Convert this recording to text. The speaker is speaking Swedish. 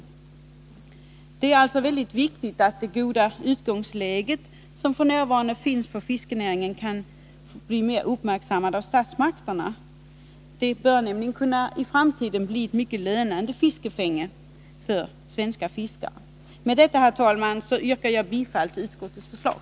Det är mycket viktigt att det goda utgångsläge som f.n. finns för fiskerinäringen kan bli mer uppmärksammat av statsmakterna. I framtiden bör nämligen fiskafänget kunna bli mycket lönande för de svenska fiskarna. Med detta yrkar jag, herr talman, bifall till utskottets förslag.